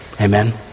Amen